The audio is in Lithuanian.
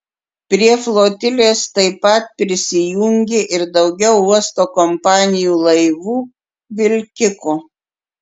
prie flotilės taip pat prisijungė ir daugiau uosto kompanijų laivų vilkikų